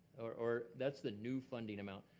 or or that's the new funding amount.